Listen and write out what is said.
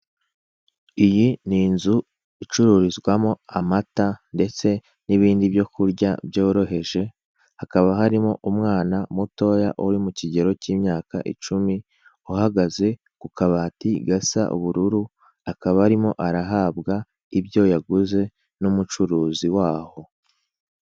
Iyi ni inzu icururizwamo amata ndetse n'ibindi byo kurya byoroheje, hakaba harimo umwana mutoya, uri mu kigero cy'imyaka icumi, uhagaze ku kabati gasa ubururu, akaba arimo arahabwa ibyo yaguze n'umucuruzi waho.